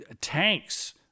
tanks